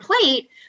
plate